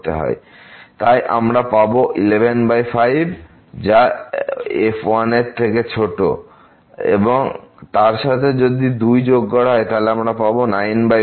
তাই আমরা পাব 115 যা f এর থেকে ছোট এবং তার সাথে যদি দুই যোগ করা হয় তাহলে আমরা পাব 94